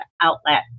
outlet